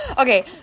Okay